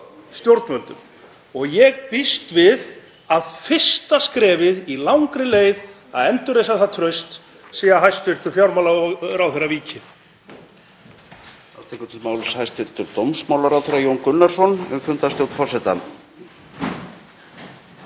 stjórnvöldum og ég býst við að fyrsta skrefið í langri leið að endurreisa það traust sé að hæstv. fjármálaráðherra víki.